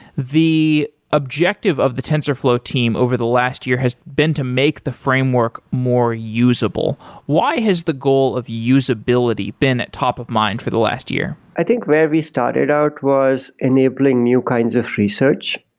the objective of the tensorflow team over the last year has been to make the framework more usable. why has the goal of usability been a top of mind for the last year? i think where we started out was enabling new kinds of research,